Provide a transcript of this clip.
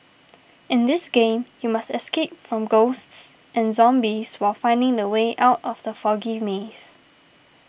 in this game you must escape from ghosts and zombies while finding the way out of the foggy maze